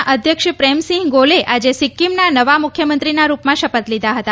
ના અધ્યક્ષ પ્રેમસિંહ ગોલે આજે સિક્કિમના નવા મુખ્યમંત્રીના રૂપમાં શપથ લીધા હતા